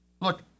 look